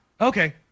Okay